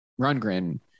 Rundgren